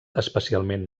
especialment